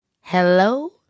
Hello